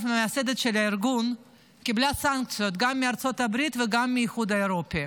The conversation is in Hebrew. מייסדת הארגון קיבלה סנקציות גם מארצות הברית וגם מהאיחוד האירופי.